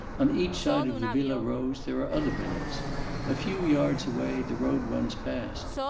on each side of the villa rose there are other villas a few yards away the road runs past.